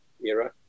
era